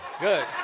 good